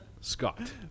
Scott